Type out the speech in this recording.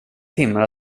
timmar